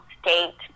state